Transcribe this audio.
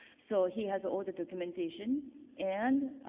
so, he has all the documentation and